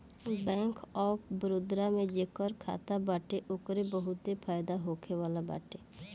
bank of Baroda में जेकर खाता बाटे ओके बहुते फायदा होखेवाला बाटे